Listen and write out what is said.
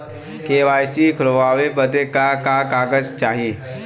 KYC खोलवावे बदे का का कागज चाही?